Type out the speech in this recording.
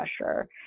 pressure